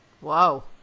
Whoa